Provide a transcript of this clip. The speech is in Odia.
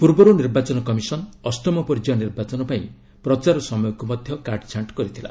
ପୂର୍ବରୁ ନିର୍ବାଚନ କମିଶନ୍ ଅଷ୍ଟମ ପର୍ଯ୍ୟାୟ ନିର୍ବାଚନ ପାଇଁ ପ୍ରଚାର ସମୟକୁ ମଧ୍ୟ କାଟଛାଣ୍ଟ କରିଥିଲା